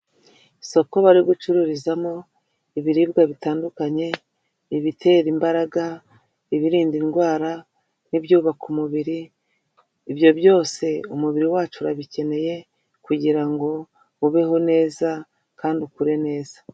Isoko bari gucururizamo ibiribwa bitandukanye ibatera imbaraga, ibirinda indwara, n'ibyubaka umubiri, ibyo byose umubiri wacu urabikeneye kugira ubeho neza kandi ukure neza.